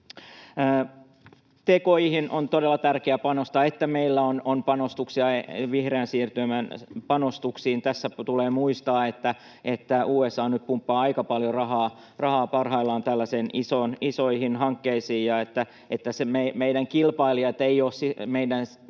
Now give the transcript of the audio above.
Tki:hin on todella tärkeää panostaa, että meillä on panostuksia vihreän siirtymän panostuksiin. Tässä tulee muistaa, että USA nyt pumppaa aika paljon rahaa parhaillaan tällaisiin isoihin hankkeisiin ja että meidän kilpailijamme eivät ole Suomen